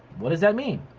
what does that mean?